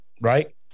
right